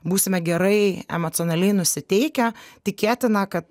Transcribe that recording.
būsime gerai emocionaliai nusiteikę tikėtina kad